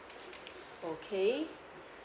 okay